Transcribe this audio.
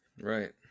Right